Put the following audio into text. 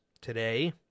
today